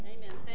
Amen